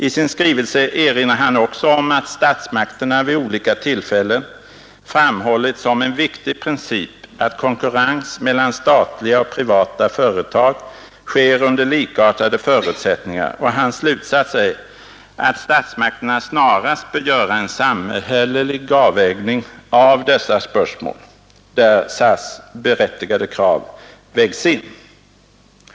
I sin skrivelse erinrar han också om att statsmakterna vid olika tillfällen framhållit som en viktig princip att konkurrens mellan statliga och privata företag sker under likartade förutsättningar, och hans slutsats är att statsmakterna snarast bör göra en samhällelig avvägning av dessa spörsmål, där SAS:s berättigade krav skall vägas in.